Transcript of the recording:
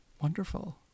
Wonderful